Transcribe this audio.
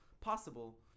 possible